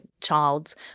child's